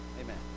Amen